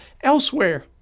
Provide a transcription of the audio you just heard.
elsewhere